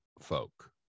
folk